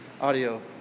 Audio